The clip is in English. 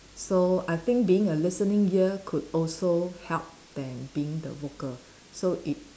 so I think being a listening ear could also help them being the vocal so it